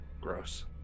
Gross